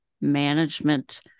management